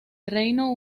reino